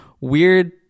weird